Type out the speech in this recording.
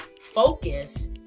focus